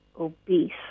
obese